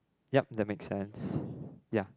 yup that makes sense ya